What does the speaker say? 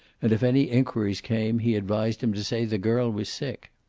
and if any inquiries came he advised him to say the girl was sick.